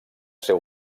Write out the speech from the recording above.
seu